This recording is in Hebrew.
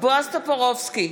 בועז טופורובסקי,